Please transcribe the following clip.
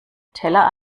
teller